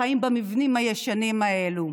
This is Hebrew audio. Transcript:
חיים במבנים הישנים האלו,